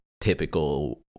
typical